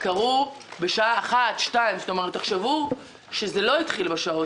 התרחשו בשעה 13:00. תחשבו שזה התחיל כבר בבוקר